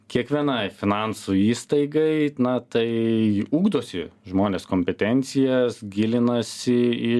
kiekvienai finansų įstaigai na tai ugdosi žmonės kompetencijas gilinasi į